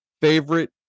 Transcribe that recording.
favorite